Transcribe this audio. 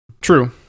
True